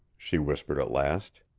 she whispered at last.